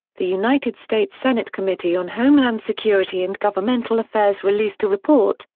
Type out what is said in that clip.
the united states senate committee on homeland security and governmental affairs released a report,